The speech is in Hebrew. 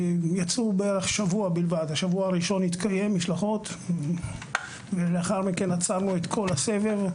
בשבוע הראשון יצאו המשלחות ולאחר מכן עצרנו את כל הסבב.